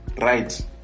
Right